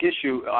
issue